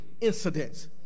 incidents